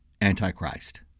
Antichrist